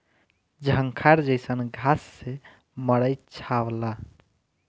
झंखार जईसन घास से मड़ई छावला